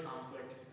conflict